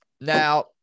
Now